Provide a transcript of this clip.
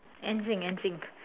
n sync n sync